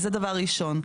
אז זה דבר ראשון.